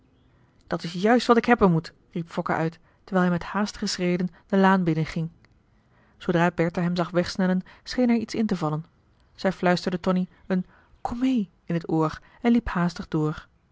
dat is juist wat ik hebben moet riep fokke uit terwijl hij met haastige schreden de laan binnenging zoodra bertha hem zag wegsnellen scheen haar iets intevallen zij fluisterde tonie een kom mee in het oor en liep haastig door